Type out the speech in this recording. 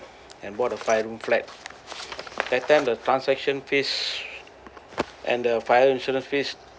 and bought a five room flat that time the transaction fees and the financial fees